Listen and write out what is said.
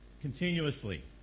continuously